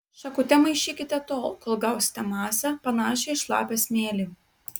šakute maišykite tol kol gausite masę panašią į šlapią smėlį